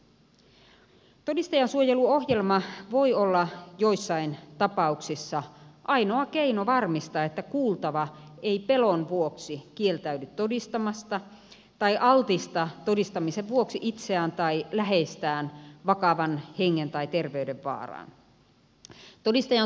todistajansuojeluohjelma voi olla joissain tapauksissa ainoa keino varmistaa että kuultava ei pelon vuoksi kieltäydy todistamasta tai altista todistamisen vuoksi itseään tai läheistään vakavan hengen tai terveyden vaaraan